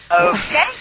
okay